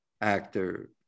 actor